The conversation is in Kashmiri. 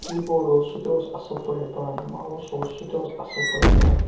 کیٖبورڈ اوس سُہ تہِ اوس اَصٕل پٲٹھۍ بَنٛد ماوُس اوس سُہ تہِ اوس اَصٕل پٲٹھۍ بَنٛد